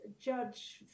judge